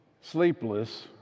sleepless